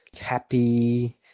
happy